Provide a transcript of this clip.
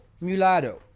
mulatto